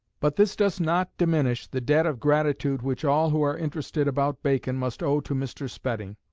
but this does not diminish the debt of gratitude which all who are interested about bacon must owe to mr. spedding.